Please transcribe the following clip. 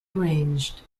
arranged